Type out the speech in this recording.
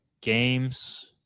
games